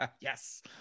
yes